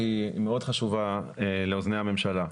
והיא מאוד חשובה לאוזני הממשלה,